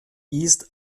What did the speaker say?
east